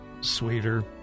sweeter